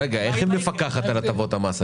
איך היא מפקחת על הטבות המס?